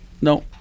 No